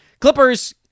Clippers